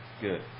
good